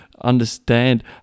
understand